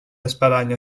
espadanya